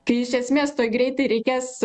kai iš esmės tuoj greitai reikės